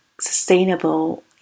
sustainable